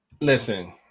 Listen